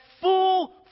full